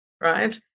Right